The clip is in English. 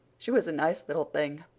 she was a nice little thing.